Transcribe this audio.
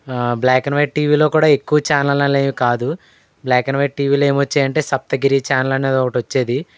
black and white టీవీలో కూడా ఎక్కువ ఛానల్ అనేవి కాదు బ్లాక్ అండ్ వైట్ టీవీలో ఏం వచ్చేయంటే సప్తగిరి ఛానల్ అనేది ఒకటి వచ్చేది